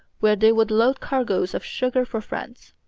where they would load cargoes of sugar for france.